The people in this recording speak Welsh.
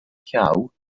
llaw